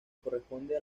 corresponde